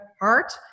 heart